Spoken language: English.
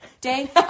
day